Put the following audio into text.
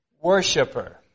worshiper